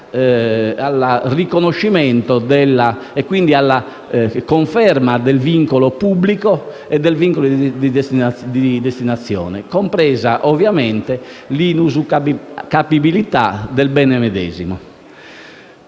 al riconoscimento e quindi alla conferma del vincolo pubblico e del vincolo di destinazione, compresa ovviamente l'inusucapibilità del bene medesimo.